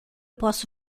posso